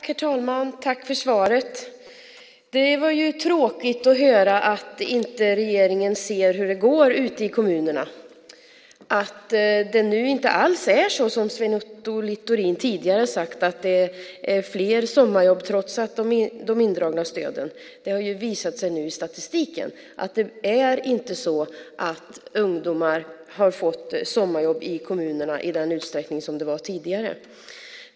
Herr talman! Tack för svaret! Det var tråkigt att höra att regeringen inte ser hur det går ute i kommunerna. Det är nu inte alls så som Sven Otto Littorin tidigare har sagt - att det finns fler sommarjobb trots de indragna stöden. Det har visat sig nu i statistiken att ungdomar inte har fått sommarjobb i kommunerna i samma utsträckning som tidigare.